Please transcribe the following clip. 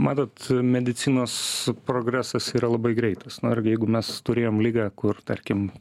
matot medicinos progresas yra labai greitas na ir jeigu mes turėjom ligą kur tarkim